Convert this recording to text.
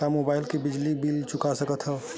का मुबाइल ले बिजली के बिल चुका सकथव?